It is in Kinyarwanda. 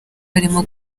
harimo